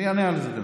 אני אענה על זה.